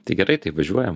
tai gerai tai važiuojam